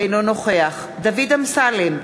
אינו נוכח דוד אמסלם,